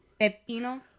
Pepino